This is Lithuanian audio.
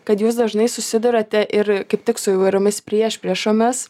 kad jūs dažnai susiduriate ir kaip tik su įvairiomis priešpriešomis